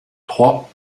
trois